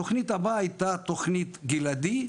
התוכנית הבאה הייתה תוכנית גלעדי,